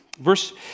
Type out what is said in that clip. verse